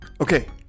Okay